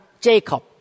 Jacob